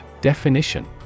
Definition